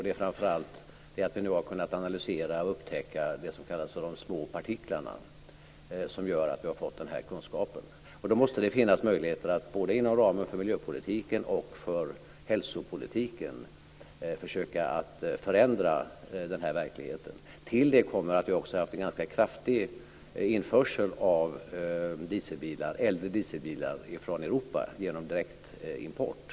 Det är framför allt det att vi nu har kunnat upptäcka och analysera de små partiklarna som gör att vi har fått denna kunskap. Då måste det finnas möjligheter att både inom ramen för miljöpolitiken och för hälsopolitiken försöka förändra denna verklighet. Till det kommer att vi också har haft en ganska kraftig införsel av äldre dieselbilar från Europa genom direktimport.